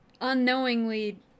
unknowingly